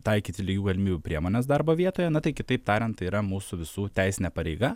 taikyti lygių galimybių priemones darbo vietoje na tai kitaip tariant tai yra mūsų visų teisinė pareiga